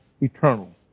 eternal